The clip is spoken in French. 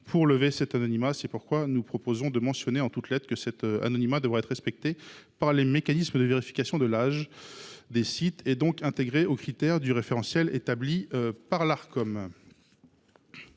pour lever cet anonymat. C’est pourquoi nous proposons de mentionner en toutes lettres que cet anonymat devra être respecté par les mécanismes de vérification de l’âge des sites et donc être intégré aux critères du référentiel établi par l’Arcom.